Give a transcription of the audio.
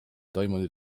toimunud